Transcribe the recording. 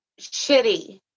shitty